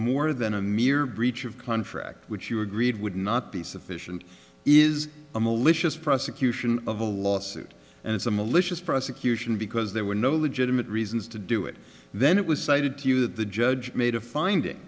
more than a mere breach of contract which you agreed would not be sufficient is a malicious prosecution of a lawsuit and it's a malicious prosecution because there were no legitimate reasons to do it then it was cited to you that the judge made a find